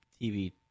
TV